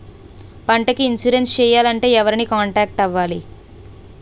పంటకు ఇన్సురెన్స్ చేయాలంటే ఎవరిని కాంటాక్ట్ అవ్వాలి?